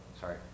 sorry